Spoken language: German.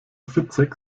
fitzek